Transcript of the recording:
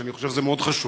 ואני חושב שזה מאוד חשוב,